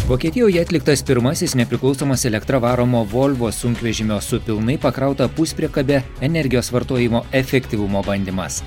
vokietijoje atliktas pirmasis nepriklausomas elektra varomo volvo sunkvežimio su pilnai pakrauta puspriekabe energijos vartojimo efektyvumo bandymas